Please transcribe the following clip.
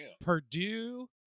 Purdue